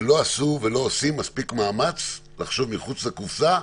שלא עשו ולא עושים מאמץ מספיק לחשוב מחוץ לקופסה,